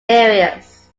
areas